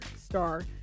star